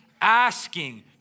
asking